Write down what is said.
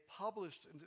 published